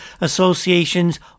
associations